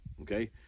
Okay